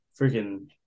freaking –